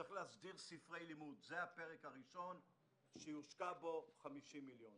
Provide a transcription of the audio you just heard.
צריך להסדיר ספרי לימוד זה הפרק הראשון שיושקעו בו 50 מיליון שקלים,